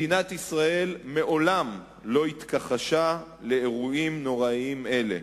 מדינת ישראל מעולם לא התכחשה לאירועים נוראיים אלה.